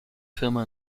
firma